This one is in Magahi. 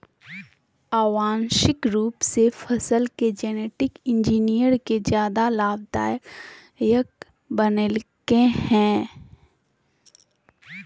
आनुवांशिक रूप से फसल जेनेटिक इंजीनियरिंग के ज्यादा लाभदायक बनैयलकय हें